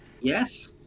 Yes